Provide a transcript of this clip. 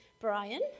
Brian